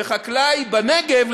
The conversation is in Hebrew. וחקלאי בנגב,